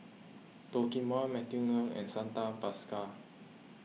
Toh Kim Hwa Matthew Ngui and Santha Bhaskar